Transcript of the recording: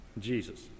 Jesus